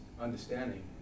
understanding